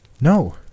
No